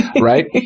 Right